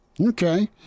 Okay